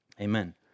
Amen